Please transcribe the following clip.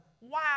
wow